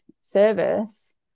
service